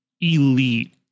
elite